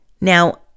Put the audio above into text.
Now